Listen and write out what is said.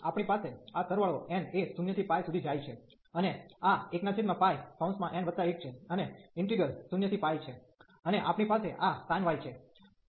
તેથી આપણી પાસે આ સરવાળો n એ 0 થી ∞ સુધી જાય છે અને આ 1πn1 છે અને ઈન્ટિગ્રલ 0 થી π છે અને આપણી પાસે આ sin y છે